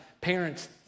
parents